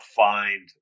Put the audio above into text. find